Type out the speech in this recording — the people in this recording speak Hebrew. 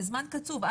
קצוב,